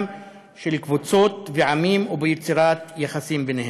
של קבוצות ועמים וביצירת יחסים ביניהם.